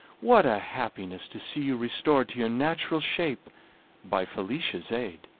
what a happiness to see you restored to your natural shape by felicia's aid!